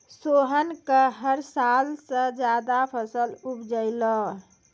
सोहन कॅ हर साल स ज्यादा फसल उपजलै